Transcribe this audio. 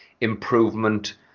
improvement